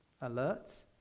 Alert